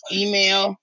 email